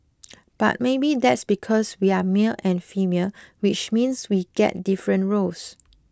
but maybe that's because we're male and female which means we get different roles